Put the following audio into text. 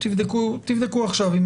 תבדקו עכשיו.